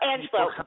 Angelo